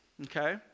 okay